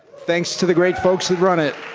thanks to the great folks who run it.